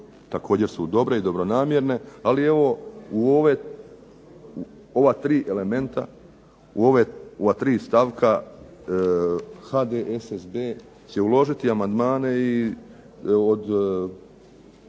Također su dobre i dobronamjerne. Ali evo u ova tri elementa, u ova tri stavka HDSSB će uložiti amandmane od